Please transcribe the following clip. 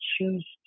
choose